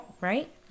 Right